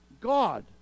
God